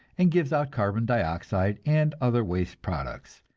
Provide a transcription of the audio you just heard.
and gives out carbon dioxide and other waste products,